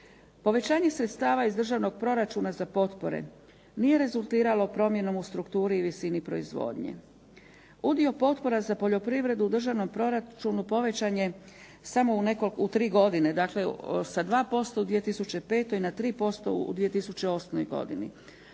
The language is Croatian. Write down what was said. Povećanje sredstava iz državnog proračuna za potpore nije rezultiralo promjenom u strukturi i visini proizvodnje. Udio potpora za poljoprivredu u državnom proračunu povećan je samo u tri godine, dakle sa 2% u 2005. na 3% u 2008. godini